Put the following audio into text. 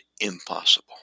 impossible